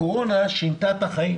הקורונה שינתה את החיים